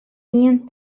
ien